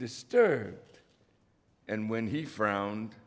disturbed and when he frowned